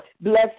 Bless